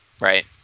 Right